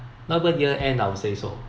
not year end I would say so